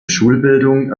schulbildung